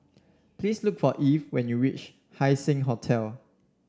please look for Eve when you reach Haising Hotel